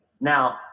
now